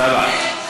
תודה רבה.